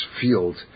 field